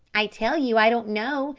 i tell you i don't know,